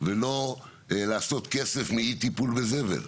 ולא לעשות כסף מאי-טיפול בזבל.